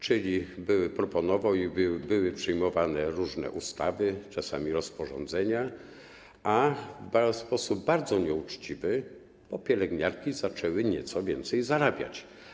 Czyli były proponowane i były przyjmowane różne ustawy, czasami rozporządzenia, w sposób bardzo nieuczciwy, bo pielęgniarki zaczęły nieco więcej zarabiać.